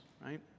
right